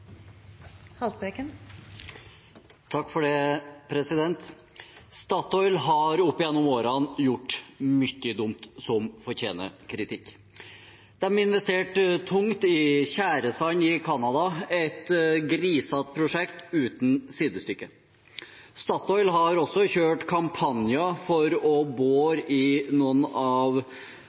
Statoil har opp gjennom årene gjort mye dumt som fortjener kritikk. De investerte tungt i tjæresand i Canada – et grisete prosjekt uten sidestykke. Statoil har også kjørt kampanjer for å bore i noen av